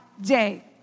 day